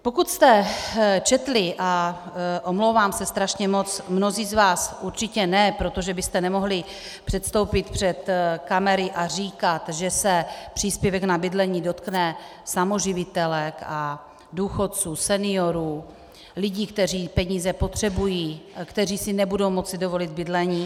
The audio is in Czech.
Pokud jste četli, a omlouvám se strašně moc, mnozí z vás určitě ne, protože byste nemohli předstoupit před kamery a říkat, že se příspěvek na bydlení dotkne samoživitelek, důchodců, seniorů, lidí, kteří peníze potřebují a kteří si nebudou moci dovolit bydlení.